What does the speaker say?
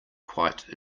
quite